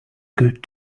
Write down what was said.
good